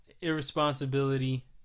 irresponsibility